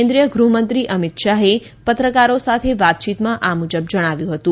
કેન્દ્રિય ગૃહમંત્રી અમીત શાહે પત્રકારો સાથે વાતચીતમાં આ મુજબ જણાવ્યું હતું